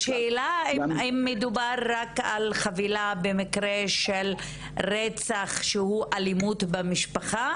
השאלה אם רק מדובר על חבילה במקרה של רצח שהוא אלימות במשפחה,